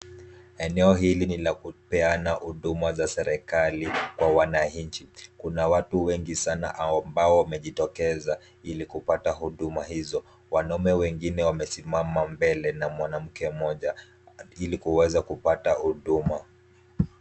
Eneo hili ni la kupeana huduma za serikali kwa wananchi. Kuna watu wengi sana ambao wamejitokeza ili kupata huduma hizo. Wanaume wengine wamesimama mbele na mwanamke mmoja ili kuweza kupata huduma.